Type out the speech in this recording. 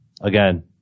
Again